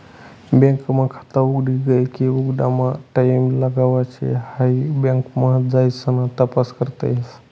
bank मा खात उघडी गये की उघडामा टाईम लागाव शे हाई बँक मा जाइसन तपास करता येस